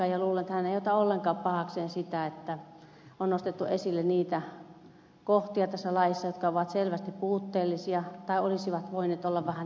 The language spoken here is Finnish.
luulen että hän ei ota ollenkaan pahakseen sitä että on nostettu esille niitä kohtia tässä laissa jotka ovat selvästi puutteellisia tai olisivat voineet olla vähän toisella tavalla